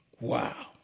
Wow